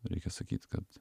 reikia sakyt kad